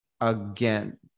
again